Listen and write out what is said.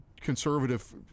conservative